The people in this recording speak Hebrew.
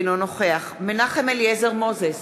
אינו נוכח מנחם אליעזר מוזס,